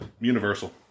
Universal